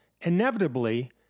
inevitably